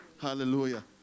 Hallelujah